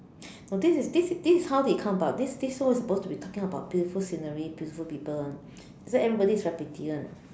but this is this is this is how they come about this this show is suppose to be talking about beautiful scenery beautiful people [one] that's why everybody is very pretty [one]